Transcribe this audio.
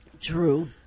True